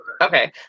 Okay